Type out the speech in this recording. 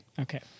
Okay